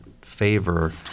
favor